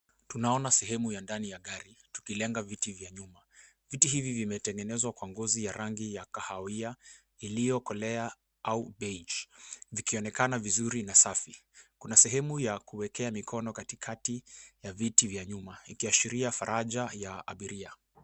Tunaona sehemu ya ndani ya gari, tukilenga viti vya nyuma. Viti hivi vimetengenezwa kwa ngozi ya rangi ya kahawia iliyokolea au beige , zikionekana vizuri na safi. Kuna sehemu ya kuekea mikono katikati ya viti vya nyuma, ikiashiria faraja ya abiria.